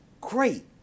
great